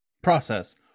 process